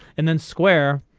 and then square.